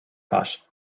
hat